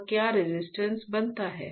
और क्या रेजिस्टेंस बनाता है